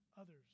others